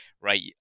right